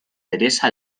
teresa